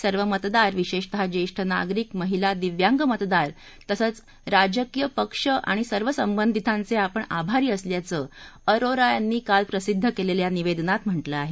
सर्व मतदार विशेषतः ज्येष्ठ नागरीक महिला दिव्यांग मतदार सर्व राजकीय पक्ष तसंच सर्व संबंधितांचे आपण आभारी असल्याचं अरोरा यांनी काल प्रसिद्ध केलेल्या निवेदनात म्हटलं आहे